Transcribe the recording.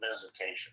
visitation